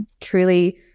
truly